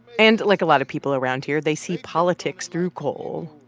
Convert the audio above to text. and like a lot of people around here, they see politics through coal